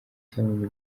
cyabonye